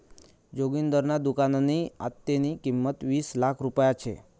जोगिंदरना दुकाननी आत्तेनी किंमत वीस लाख रुपया शे